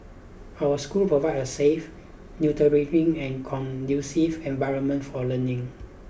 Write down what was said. our schools provide a safe nurturing and conducive environment for learning